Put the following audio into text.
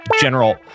General